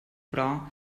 però